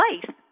place